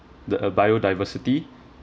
the uh biodiversity